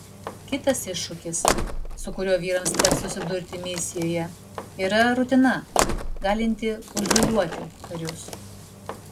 kitas iššūkis su kuriuo vyrams teks susidurti misijoje yra rutina galinti užliūliuoti karius